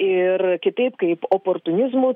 ir kitaip kaip oportunizmo